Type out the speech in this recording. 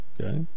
Okay